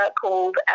called